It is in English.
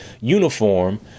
uniform